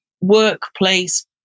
workplace